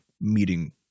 meeting